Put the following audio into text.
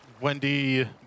Wendy